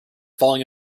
falling